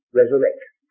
resurrection